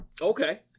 Okay